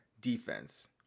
defense